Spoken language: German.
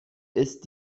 ist